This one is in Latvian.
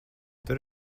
tur